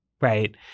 right